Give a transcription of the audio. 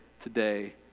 today